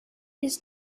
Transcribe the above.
his